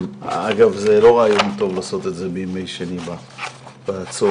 לעשות את הבדיקת דם.